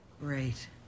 Great